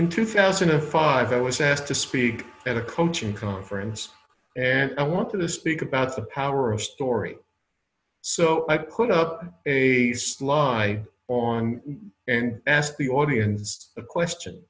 in two thousand and five i was asked to speak at a coaching conference and i want to speak about the power of story so i put out a sly on and asked the audience a question